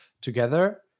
Together